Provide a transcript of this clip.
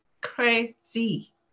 Crazy